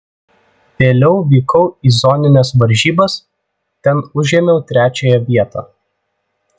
vėliau vykau į zonines varžybas ten užėmiau trečiąją vietą